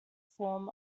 form